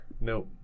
Nope